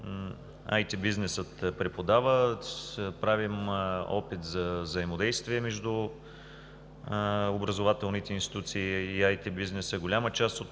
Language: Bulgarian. „IТ бизнесът преподава“. Правим опит за взаимодействие между образователните институции и IТ бизнеса. Голяма част от